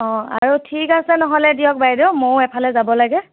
অ আৰু ঠিক আছে নহ'লে দিয়ক বাইদেউ মইও এফালে যাব লাগে